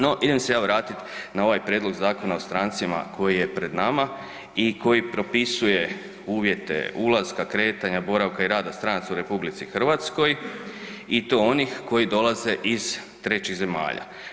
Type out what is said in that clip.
No idem se ja vratit na ovaj prijedlog Zakona o strancima koji je pred nama i koji propisuje uvjete ulaska, kretanja, boravka i rada stranaca u RH i to onih koji dolaze iz trećih zemalja.